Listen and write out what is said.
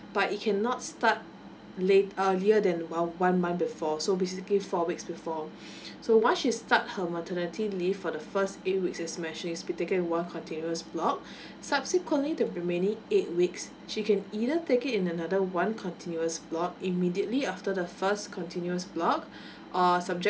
but it cannot start late earlier than uh one month before so basically four weeks before so once she start her maternity leave for the first eight weeks as measure has be taken one continuous block subsequently the remaining eight weeks she can either take it in another one continuous block immediately after the first continues block uh subject